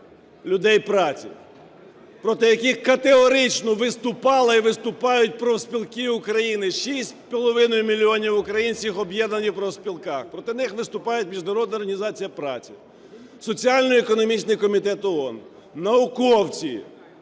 людей праці, проти яких категорично виступали і виступають профспілки України, 6,5 мільйона українців об'єднані в профспілках. Проти них виступає Міжнародна організація праці, соціальний і економічний комітет ООН, науковці.